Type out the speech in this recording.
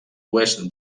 oest